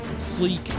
Sleek